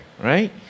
right